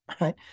Right